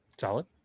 solid